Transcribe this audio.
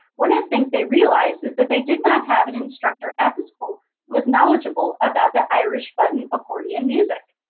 one of the things they realized is that they did not have an instructor at the school who was knowledgeable about the irish button accordion music.